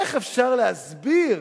איך אפשר להסביר